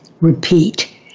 repeat